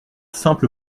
simple